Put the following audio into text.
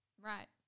right